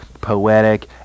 poetic